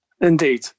Indeed